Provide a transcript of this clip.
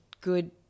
good